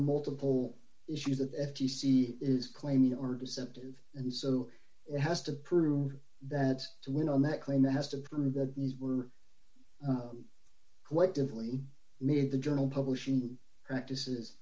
multiple issues that the f t c is claiming or deceptive and so it has to prove that to win on that claim that has to prove that these were quite differently made the journal publishing practices